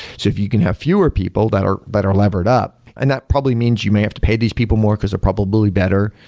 so if you can have fewer people that are but are levered up, and that probably means you may have to pay these people more because they're probably better.